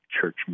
church